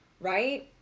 right